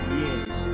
years